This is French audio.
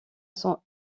son